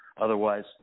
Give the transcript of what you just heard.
Otherwise